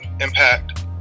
impact